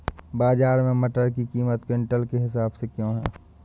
बाजार में मटर की कीमत क्विंटल के हिसाब से क्यो है?